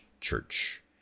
church